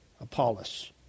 Apollos